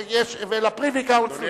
ול-Privy Council.